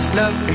love